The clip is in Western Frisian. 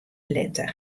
litte